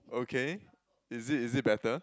okay is it is it better